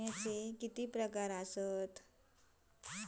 विमाचे प्रकार किती असतत?